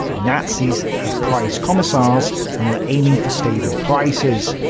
the nazis had price commissars and were aiming for stable prices,